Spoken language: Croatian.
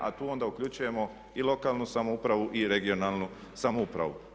A tu onda uključujemo i lokalnu samoupravu i regionalnu samoupravu.